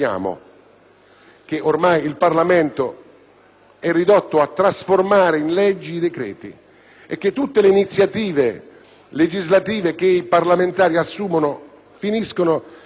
che ormai il Parlamento è ridotto a trasformare in legge i decreti e che tutte le iniziative legislative che i parlamentari assumono finiscono per